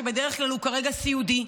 שבדרך כלל הוא כרגע סיעודי.